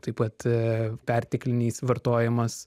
taip pat perteklinis vartojimas